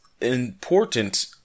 important